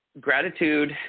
gratitude